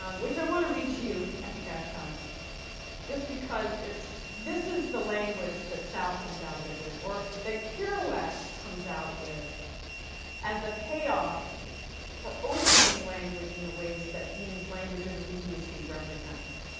um which i want to read to you i think i have time just because this is the language that sal comes out of it with, or that kerouac comes out with as, the payoff for opening language, in the ways that dean's language of immediacy represents.